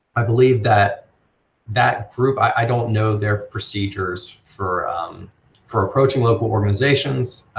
i believe that that group, i don't know their procedures for for approaching local organizations,